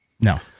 No